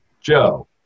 Joe